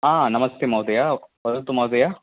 हा नमस्ते महोदय वदतु महोदय